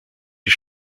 die